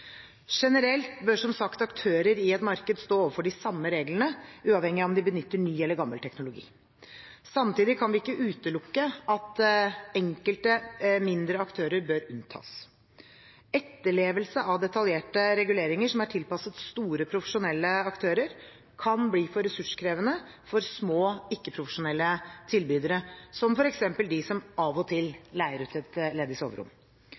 Generelt bør, som sagt, aktører i et marked stå overfor de samme reglene, uavhengig av om de benytter ny eller gammel teknologi. Samtidig kan vi ikke utelukke at enkelte mindre aktører bør unntas. Etterlevelse av detaljerte reguleringer som er tilpasset store profesjonelle aktører, kan bli for ressurskrevende for små ikke-profesjonelle tilbydere, som f.eks. de som av og